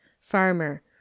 Farmer